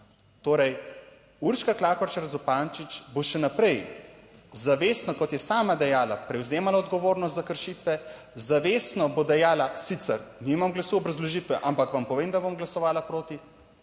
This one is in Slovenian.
torej, Urška Klakočar Zupančič bo še naprej zavestno, kot je sama dejala, prevzemala odgovornost za kršitve, zavestno bo dejala, sicer nimam glasu obrazložitve, ampak vam povem, da bom glasovala proti,